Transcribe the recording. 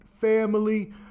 family